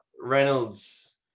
Reynolds